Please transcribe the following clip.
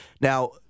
now